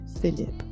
Philip